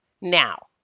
Now